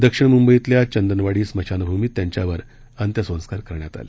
दक्षिण मुंबईतल्या चंदनवाडी स्मशानभूमीत त्यांच्यावर अंत्यसंस्कार करण्यात आले